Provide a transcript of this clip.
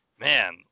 man